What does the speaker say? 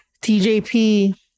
TJP